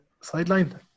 sideline